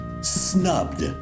snubbed